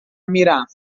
میرم